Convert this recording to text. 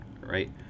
Right